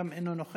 גם אינו נוכח,